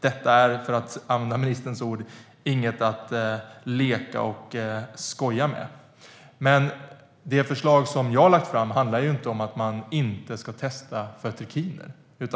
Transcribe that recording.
Detta är, för att använda ministerns ord, inget att leka och skoja med. Det förslag jag har lagt fram handlar inte om att man inte ska testa för trikiner.